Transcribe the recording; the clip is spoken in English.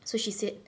so she said